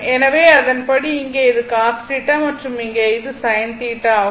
எனவே அதன்படி இங்கே இது cos θ மற்றும் இங்கே இது sin θ ஆகும்